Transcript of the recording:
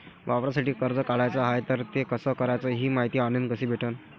वावरासाठी कर्ज काढाचं हाय तर ते कस कराच ही मायती ऑनलाईन कसी भेटन?